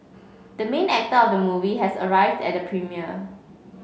the main actor of the movie has arrived at premiere